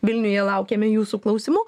vilniuje laukiame jūsų klausimų